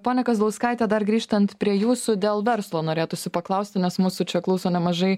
ponia kazlauskaite dar grįžtant prie jūsų dėl verslo norėtųsi paklausti nes mūsų čia klauso nemažai